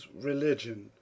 religion